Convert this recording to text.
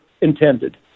intended